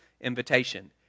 invitation